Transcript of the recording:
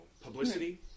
publicity